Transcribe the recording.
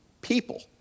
people